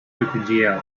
opengl